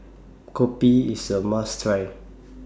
Kopi IS A must Try